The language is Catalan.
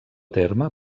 terme